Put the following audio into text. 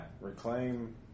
Reclaim